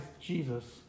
Jesus